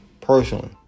personally